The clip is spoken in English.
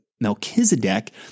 Melchizedek